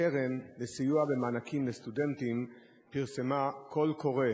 הקרן לסיוע במענקים לסטודנטים פרסמה קול קורא